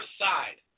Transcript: side